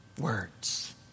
words